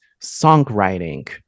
songwriting